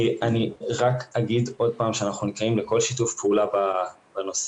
אני אומר שוב שאנחנו נקראים לכל שיתוף פעולה בנושא.